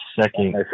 second